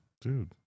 Dude